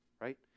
right